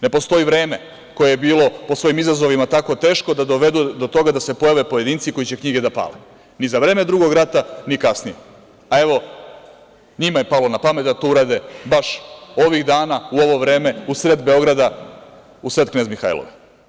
Ne postoji vreme koje je bilo po svojim izazovima tako teško da dovede do toga da se pojave pojedinci koji će knjige da pale, ni za vreme Drugog rata ni kasnije, a evo njima je palo na pamet da to urade baš ovih dana, u ovo vreme, u sred Beograda, u sred Knez Mihailove.